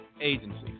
agencies